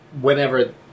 whenever